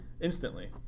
Instantly